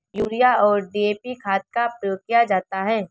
urea और DAP खाद का प्रयोग किया जाता है